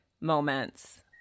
moments